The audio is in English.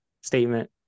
statement